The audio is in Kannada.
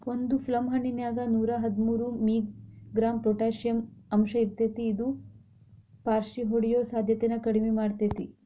ಒಂದು ಪ್ಲಮ್ ಹಣ್ಣಿನ್ಯಾಗ ನೂರಾಹದ್ಮೂರು ಮಿ.ಗ್ರಾಂ ಪೊಟಾಷಿಯಂ ಅಂಶಇರ್ತೇತಿ ಇದು ಪಾರ್ಷಿಹೊಡಿಯೋ ಸಾಧ್ಯತೆನ ಕಡಿಮಿ ಮಾಡ್ತೆತಿ